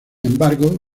embargo